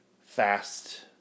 Fast